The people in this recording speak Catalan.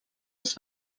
els